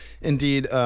indeed